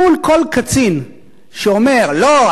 מול כל קצין שאומר: לא,